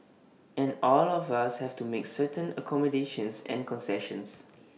and all of us have to make certain accommodations and concessions